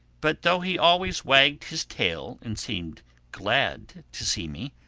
but though he always wagged his tail and seemed glad to see me,